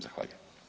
Zahvaljujem.